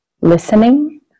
listening